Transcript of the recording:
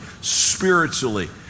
spiritually